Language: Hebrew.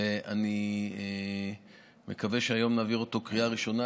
ואני מקווה שהיום נעביר אותו בקריאה הראשונה,